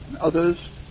others